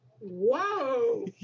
Whoa